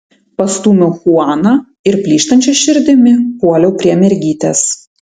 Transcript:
pastūmiau chuaną ir plyštančia širdimi puoliau prie mergytės